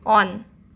on